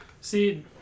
See